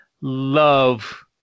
love